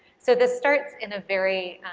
so this starts in a very